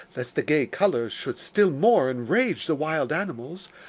lest the gay colors should still more enrage the wild animals,